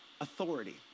authority